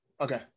Okay